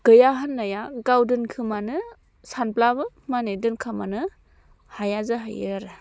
गैया होननाया गाव दोनखोमानो सानब्लाबो माने दोनखोमानो हाया जाहैयो आरो